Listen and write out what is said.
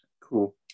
cool